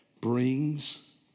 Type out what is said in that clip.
brings